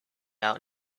out